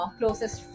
closest